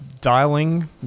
dialing